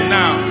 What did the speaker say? now